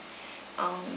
um